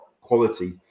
quality